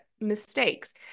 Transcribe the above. mistakes